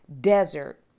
desert